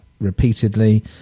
repeatedly